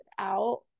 out